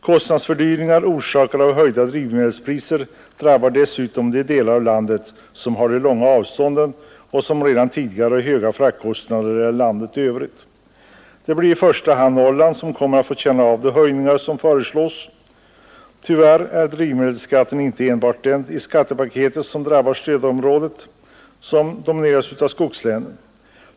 Kostnadsfördyringar orsakade av höjda drivmedelspriser drabbar dessutom de delar av landet som har de långa avstånden och som redan tidigare har högre fraktkostnader än landet i övrigt. Det blir i första hand Norrland som kommer att få känna av de höjningar som föreslås. Tyvärr är drivmedelsskatten inte det enda i skattepaketet som drabbar stödområdet som domineras av skogslänen.